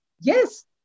Yes